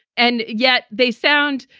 and yet they sound.